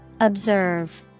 Observe